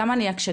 למה אני עקשנית,